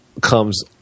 comes